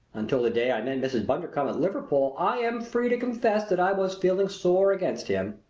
until the day i met mrs. bundercombe at liverpool i am free to confess that i was feeling sore against him.